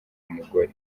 k’umugore